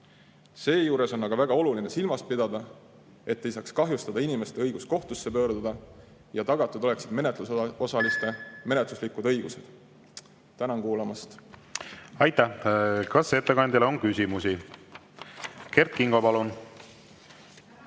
Seejuures on aga väga oluline silmas pidada, et ei saaks kahjustatud inimeste õigus kohtusse pöörduda ja tagatud oleksid menetlusosaliste menetluslikud õigused. Tänan kuulamast! Aitäh! Kas ettekandjale on küsimusi? Kert Kingo, palun!